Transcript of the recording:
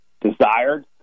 desired